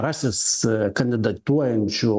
rasis kandidatuojančių